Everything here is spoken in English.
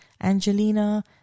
Angelina